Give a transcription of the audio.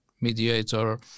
mediator